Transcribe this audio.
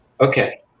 Okay